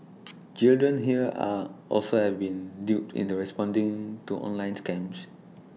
children here are also have been duped into responding to online scams